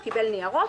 הוא קיבל ניירות,